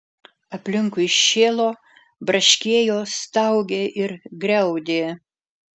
aplinkui šėlo braškėjo staugė ir griaudė